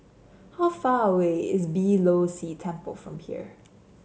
how far away is Beeh Low See Temple from here